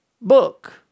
book